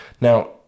now